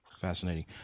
Fascinating